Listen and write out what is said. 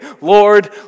Lord